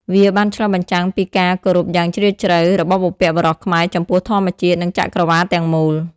វាបានឆ្លុះបញ្ចាំងពីការគោរពយ៉ាងជ្រាលជ្រៅរបស់បុព្វបុរសខ្មែរចំពោះធម្មជាតិនិងចក្រវាឡទាំងមូល។